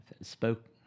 spoke